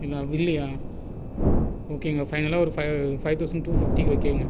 அப்படினா வில்லையா ஓகேங்க ஃபைனாலாக ஒரு ஃபைவ் தவுசண்ட் டூ ஃபிப்டிக்கு ஓகேங்க